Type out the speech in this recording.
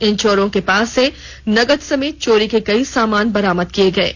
इन चोरों के पास से नकद समेते चोरी के कई सामान भी बरामद किए गए है